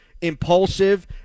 impulsive